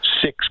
six